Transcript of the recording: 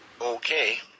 Okay